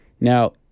Now